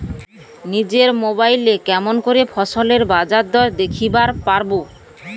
নিজের মোবাইলে কেমন করে ফসলের বাজারদর দেখিবার পারবো?